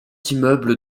immeuble